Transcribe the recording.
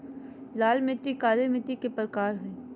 लाल मिट्टी, काली मिट्टी मिट्टी के प्रकार हय